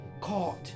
caught